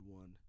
one